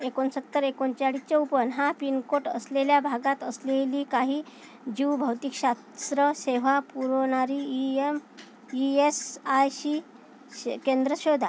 एकोणसत्तर एकोणचाळीस चोपन्न हा पिनकोड असलेल्या भागात असलेली काही जीवभौतिकशास्त्र सेवा पुरवणारी E M E S I शी केंद्रे शोधा